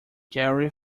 gary